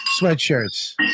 sweatshirts